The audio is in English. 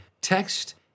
Text